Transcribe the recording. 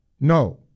No